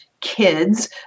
kids